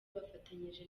bafatanyije